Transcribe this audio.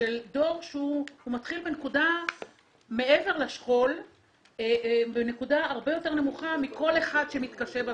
דור שמתחיל מעבר לשכול בנקודה הרבה יותר נמוכה מכל אחד שמתקשה במשק,